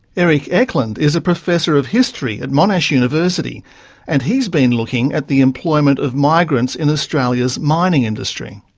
erik eklund is a professor of history at monash university and he's been looking at the employment of migrants in australia's mining industry.